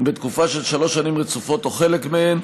בתקופה של שלוש שנים רצופות או חלק מהן.